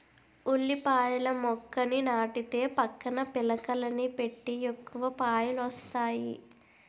ఉల్లిపాయల మొక్కని నాటితే పక్కన పిలకలని పెట్టి ఎక్కువ పాయలొస్తాయి